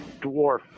dwarf